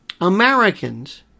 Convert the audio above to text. Americans